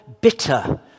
bitter